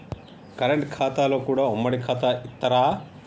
Current ఖాతాలో కూడా ఉమ్మడి ఖాతా ఇత్తరా?